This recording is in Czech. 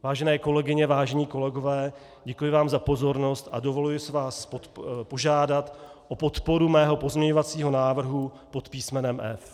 Vážené kolegyně, vážení kolegové, děkuji vám za pozornost a dovoluji si vás požádat o podporu mého pozměňovacího návrhu pod písmenem F. Děkuji.